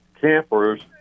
campers